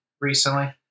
recently